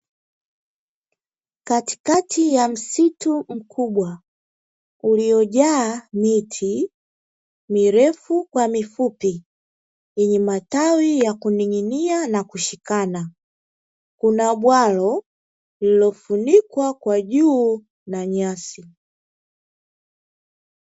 Katikati ya msitu mkubwa uliyojaa miti mirefu kwa mifupi yenye matawi yaliyoning’inia na kushikana, kuna mbwalo lililofunikwa kwa juu na nyasi.